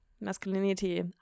Masculinity